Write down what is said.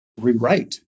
rewrite